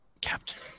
Captain